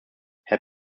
herr